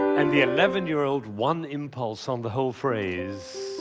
and the eleven year old, one impulse on the whole phrase.